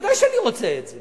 ודאי שאני רוצה את זה.